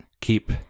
Keep